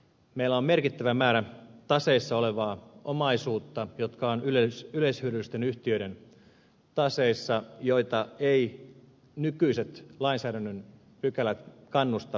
meillä on merkittävä määrä taseissa olevaa omaisuutta jota on yleishyödyllisten yhtiöiden taseissa jota eivät nykyiset lainsäädännön pykälät kannusta purkamaan